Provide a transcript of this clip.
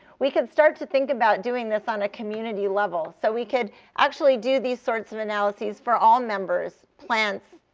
we could start to think about doing this on a community level. so we could actually do these sorts of analyses for all members plants,